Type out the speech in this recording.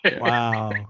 Wow